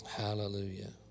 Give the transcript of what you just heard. hallelujah